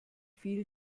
viel